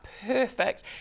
perfect